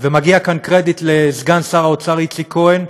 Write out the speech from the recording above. ומגיע כאן קרדיט לסגן שר האוצר איציק כהן,